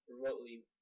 remotely